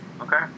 Okay